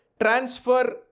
transfer